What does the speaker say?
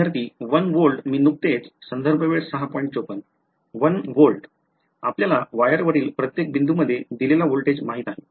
विद्यार्थीः 1 व्होल्ट मी नुकतेच 1 व्होल्ट आपल्याला वायरवरील प्रत्येक बिंदूमध्ये दिलेला व्होल्टेज माहित आहे